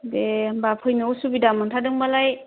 दे होमबा फैनो असुबिदा मोन्थारदोंबालाय